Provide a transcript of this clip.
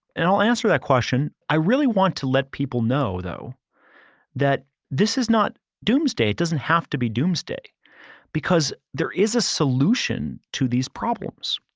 and i'll answer that question. i really want to let people know though that this is not doomsday. it doesn't have to be doomsday because there is a solution to these problems.